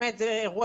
אכן מבחינתי אירוע